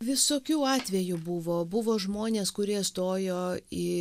visokių atvejų buvo buvo žmonės kurie stojo į